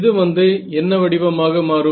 இது வந்து என்ன வடிவமாக மாறும்